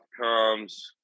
comes